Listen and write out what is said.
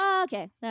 okay